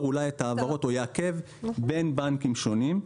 אולי את ההעברות או יעכב בין בנקים שונים.